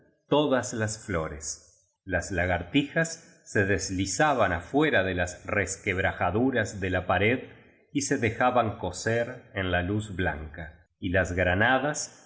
todas las flores las lagartijas se deslizaban afuera de jas resquebraja duras de la pared y se dejaban cocer en la luz blanca y las granadas